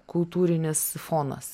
kultūrinis fonas